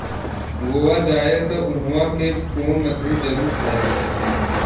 गोवा जाए त उहवा के प्रोन मछरी जरुर खाए के चाही